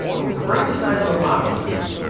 but with a brain the size of a poppy seed?